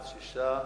בעד, 6,